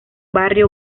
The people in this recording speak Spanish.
barrio